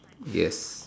yes